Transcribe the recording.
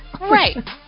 Right